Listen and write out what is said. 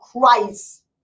Christ